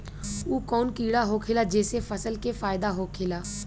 उ कौन कीड़ा होखेला जेसे फसल के फ़ायदा होखे ला?